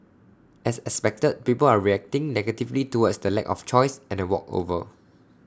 as expected people are reacting negatively towards the lack of choice and A walkover